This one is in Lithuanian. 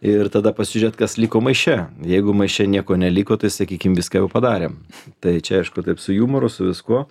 ir tada pasižiūrėt kas liko maiše jeigu maiše nieko neliko tai sakykim viską jau padarėm tai čia aišku taip su jumoru su viskuo